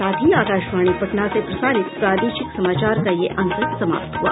इसके साथ ही आकाशवाणी पटना से प्रसारित प्रादेशिक समाचार का ये अंक समाप्त हुआ